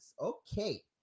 Okay